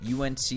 unc